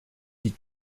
die